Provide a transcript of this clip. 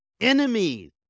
enemies